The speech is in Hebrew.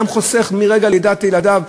אדם חוסך מרגע לידת ילדיו,